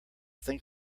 think